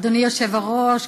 אדוני היושב-ראש,